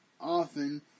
often